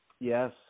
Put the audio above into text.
Yes